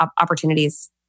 opportunities